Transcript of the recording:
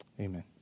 Amen